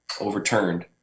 overturned